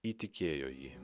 įtikėjo jį